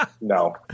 No